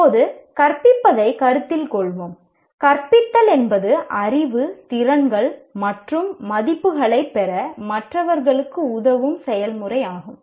இப்போது கற்பிப்பதைக் கருத்தில் கொள்வோம் கற்பித்தல் என்பது அறிவு திறன்கள் மற்றும் மதிப்புகளைப் பெற மற்றவர்களுக்கு உதவும் செயல்முறையாகும்